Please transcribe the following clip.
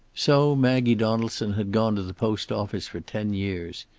so maggie donaldson had gone to the post office for ten years.